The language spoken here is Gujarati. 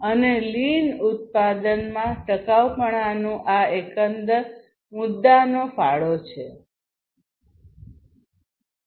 અને લીન ઉત્પાદનમાં ટકાઉપણુંના આ એકંદર મુદ્દામાં ફાળો આપે છે